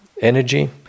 energy